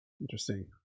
Interesting